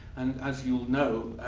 and as you'll know,